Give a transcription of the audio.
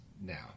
now